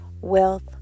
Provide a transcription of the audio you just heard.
wealth